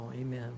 amen